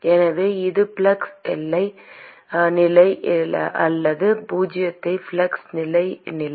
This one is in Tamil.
எனவே அது ஃப்ளக்ஸ் எல்லை நிலை அல்லது பூஜ்ஜிய ஃப்ளக்ஸ் எல்லை நிலை